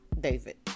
David